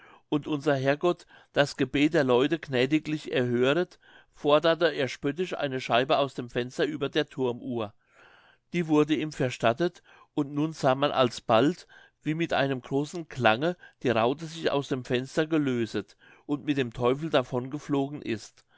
und unser herr gott das gebet der leute gnädiglich erhöret forderte er spöttisch eine scheibe aus dem fenster über der thurmuhr die wurde ihm verstattet und nun sah man alsbald wie mit einem großen klange die raute sich aus dem fenster gelöset und mit dem teufel davon geflogen ist